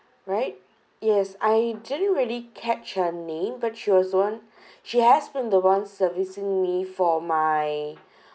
right yes I didn't really catch her name but she was one she has been the one servicing me for my